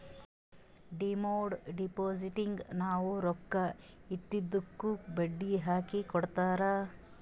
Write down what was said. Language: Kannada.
ಡಿಮಾಂಡ್ ಡಿಪೋಸಿಟ್ನಾಗ್ ನಾವ್ ರೊಕ್ಕಾ ಇಟ್ಟಿದ್ದುಕ್ ಬಡ್ಡಿ ಹಾಕಿ ಕೊಡ್ತಾರ್